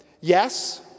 Yes